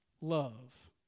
love